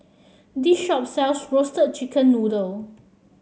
this shop sells Roasted Chicken Noodle